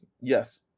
Yes